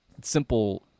simple